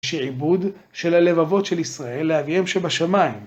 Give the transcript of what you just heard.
שעבוד של הלבבות של ישראל לאביהם שבשמיים.